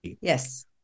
Yes